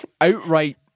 outright